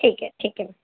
ٹھیک ہے ٹھیک ہے